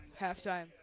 halftime